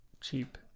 cheap